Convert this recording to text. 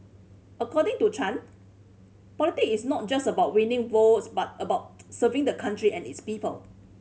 according to Chan politics is not just about winning votes but about serving the country and its people